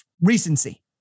recency